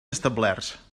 establerts